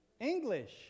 English